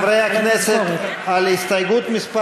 חברי הכנסת, על הסתייגות מס'